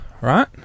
right